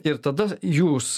ir tada jūs